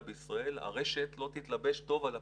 בישראל הרשת לא תתלבש טוב על הפיגום.